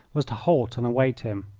was to halt and await him.